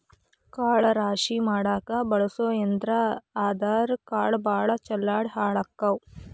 ಕಾಳ ರಾಶಿ ಮಾಡಾಕ ಬಳಸು ಯಂತ್ರಾ ಆದರಾ ಕಾಳ ಭಾಳ ಚಲ್ಲಾಡಿ ಹಾಳಕ್ಕಾವ